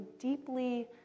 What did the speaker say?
deeply